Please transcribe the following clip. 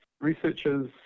researchers